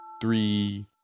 three